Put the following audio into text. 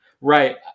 Right